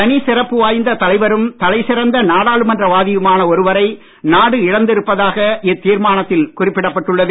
தனிச் சிறப்பு வாய்ந்த தலைவரும் தலை சிறந்த நாடாளுமன்ற வாதியுமான ஒருவரை நாடு இழந்திருப்பதாக இத்தீர்மானத்தில் குறிப்பிடப்பட்டுள்ளது